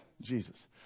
Jesus